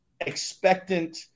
expectant